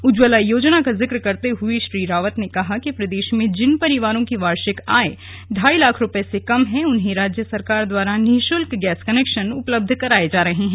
उज्जवला योजना का जिक्र करते हुए श्री रावत ने कहा कि प्रदेश में जिन परिवारों की वार्षिक आय ढाई लाख रूपये से कम है उन्हें राज्य सरकार द्वारा निःशुल्क गैस कनेक्शन उपलब्ध कराए जा रहे हैं